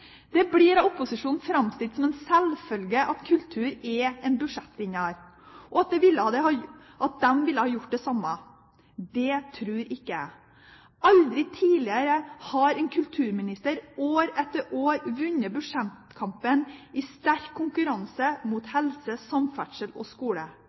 Det blir av opposisjonen framstilt som en selvfølge at kultur er en budsjettvinner, og at de ville ha gjort det samme. Det tror ikke jeg. Aldri tidligere har en kulturminister år etter år vunnet budsjettkampen i sterk konkurranse med helse, samferdsel og skole.